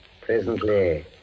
Presently